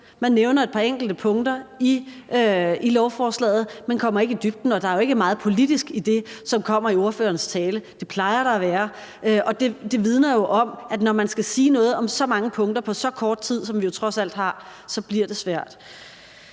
Man nævner et par enkelte punkter i lovforslaget, men kommer ikke i dybden, og der er jo ikke meget politisk i det, som kommer i ordførerens tale. Det plejer der at være, og det vidner jo om, at når man skal sige noget om så mange punkter på så kort tid, som vi trods alt har, så bliver det svært.